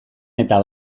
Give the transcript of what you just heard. eta